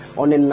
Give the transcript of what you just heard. on